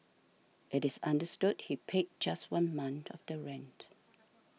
it is understood he paid just one month of the rent